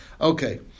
Okay